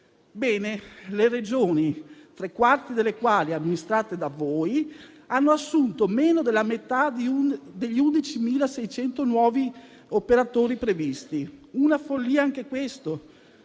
Ebbene, le Regioni, tre quarti delle quali sono amministrate da voi, hanno assunto meno della metà degli 11.600 nuovi operatori previsti. È una follia anche questa.